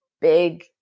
big